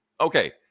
okay